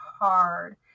hard